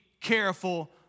careful